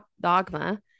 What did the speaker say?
dogma